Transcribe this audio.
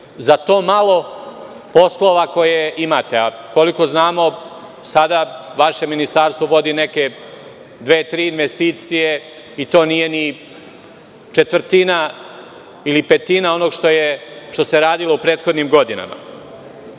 za to malo poslova koje imate. Koliko znamo vaše ministarstvo sada vodi dve ili tri investicije i to nije ni četvrtina ili petina onoga što se radilo u prethodnim godinama. Na